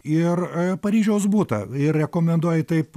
ir paryžiaus butą ir rekomenduoji taip